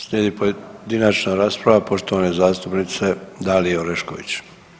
Slijedi pojedinačna rasprava poštovane zastupnice Dalije Orešković.